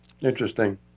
Interesting